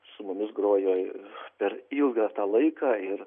su mumis grojo ir per ilgą tą laiką ir